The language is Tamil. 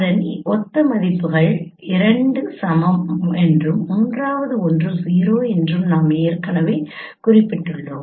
அதன் ஒத்த மதிப்புகள் இரண்டு சமம் என்றும் மூன்றாவது ஒன்று ௦ என்றும் நாம் ஏற்கனவே குறிப்பிட்டுள்ளோம்